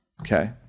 Okay